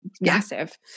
Massive